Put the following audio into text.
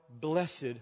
blessed